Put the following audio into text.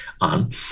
on